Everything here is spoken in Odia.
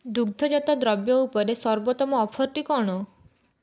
ଦୁଗ୍ଧଜାତ ଦ୍ରବ୍ୟ ଉପରେ ସର୍ବୋତ୍ତମ ଅଫର୍ଟି କଣ